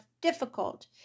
difficult